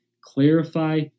Clarify